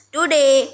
Today